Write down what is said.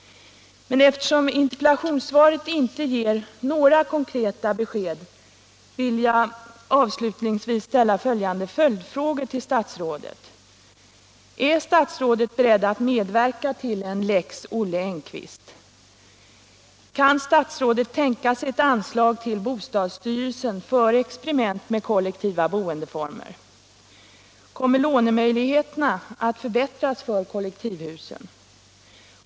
Men eftersom interpellationssvaret inte ger några konkreta besked, vill jag avslutningsvis ställa några följdfrågor till statsrådet: Är statsrådet beredd att medverka till en Lex Olle Engkvist? Kan statsrådet tänka sig ett anslag till bostadsstyrelsen för experiment med kollektiva boendeformer? Kommer lånemöjligheterna att förbättras för kollektivhusen?